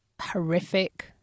horrific